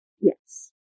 Yes